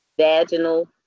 Vaginal